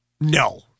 No